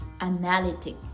analytic